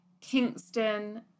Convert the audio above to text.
Kingston